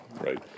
Right